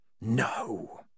No